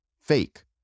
fake